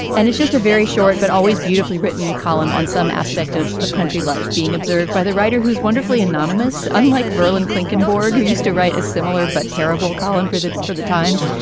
and it's just a very short but always beautifully written column on some aspect of of country life being observed by the writer whose wonderfully anonymous unlike vreeland klink and borg who used to write a similar but terrible column for the for the times.